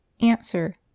Answer